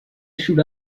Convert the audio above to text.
should